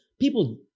people